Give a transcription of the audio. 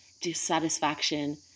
dissatisfaction